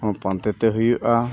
ᱦᱚᱸ ᱯᱟᱱᱛᱮ ᱛᱮ ᱦᱩᱭᱩᱜᱼᱟ